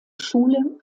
schule